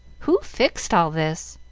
who fixed all this?